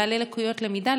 בעלי לקויות למידה,